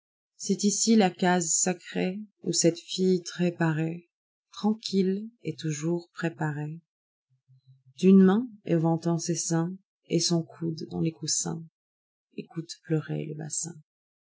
cest ici la case sacréeoù cette fille très parée tranquille et toujours préparée d'une main éventant ses seins et son coude dans les coussins écoute pleurer les bassins